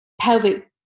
pelvic